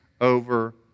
over